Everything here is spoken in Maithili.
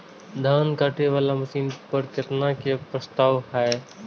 धान काटे वाला मशीन पर केतना के प्रस्ताव हय?